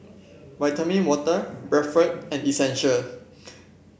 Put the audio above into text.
Vitamin Water Bradford and Essential